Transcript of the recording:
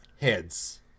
Heads